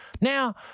Now